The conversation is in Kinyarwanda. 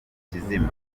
kizima